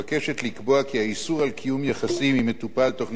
האיסור על קיום יחסים עם מטופל תוך ניצול תלות נפשית